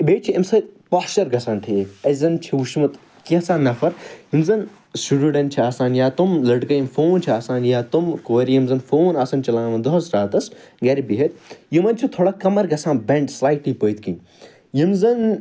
ببیٚیہِ چھُ اَمہِ سۭتۍ پوسچَر گَژھان ٹھیٖک اسہِ زَن چھُ وُچھمُت کیٚنٛہہ ژھہ نَفَر یِم زَن سٹوڈنٛٹ چھِ آسان یا تِم لٔڑکہ یم فون چھِ آسان یا تِم کورِ یِم زَن فون آسان چَلاوان دۄہَس راتَس گھرِ بیہِتھ یمن چھُ تھوڑا کَمَر گَژھان بیٚنڈ سلایِٹلی پٔتۍ کِنۍ یِم زَن